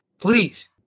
please